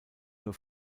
nur